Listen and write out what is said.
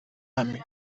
emil